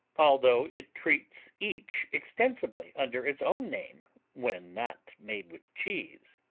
although it treats each extensively under its own name when not made with cheese.